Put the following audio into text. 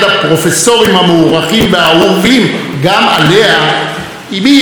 גם עליה, אם היא יכולה להיות פמיניסטית ימנית.